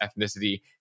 ethnicity